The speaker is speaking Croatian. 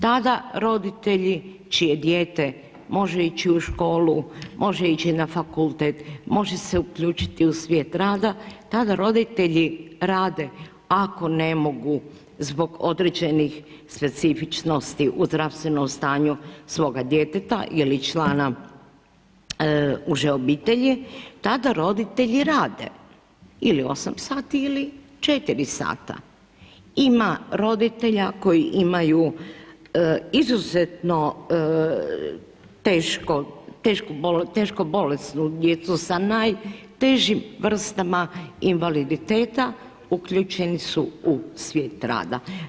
Tada roditelji čije dijete može ići u školu, može ići na fakultet, može se uključiti u svijet rada tada roditelji rade ako ne mogu zbog određenih specifičnosti u zdravstvenom stanju svoga djeteta ili člana uže obitelji, tada roditelji rade ili 8 sati ili 4 sata. ima roditelja koji imaju izuzetno teško bolesnu djecu sa najtežim vrstama invaliditeta, uključeni su u svijet rada.